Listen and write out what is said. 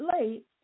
late